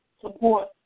support